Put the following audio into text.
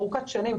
ארוכת שנים,